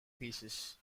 pieces